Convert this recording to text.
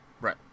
Right